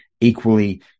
Equally